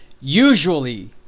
usually